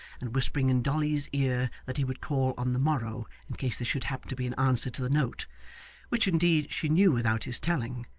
and whispering in dolly's ear that he would call on the morrow, in case there should happen to be an answer to the note which, indeed, she knew without his telling,